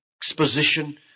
Exposition